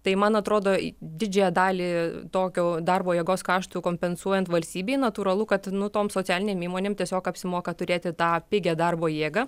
tai man atrodo didžiąją dalį tokio darbo jėgos kaštų kompensuojant valstybei natūralu kad nu tom socialinėm įmonėm tiesiog apsimoka turėti tą pigią darbo jėgą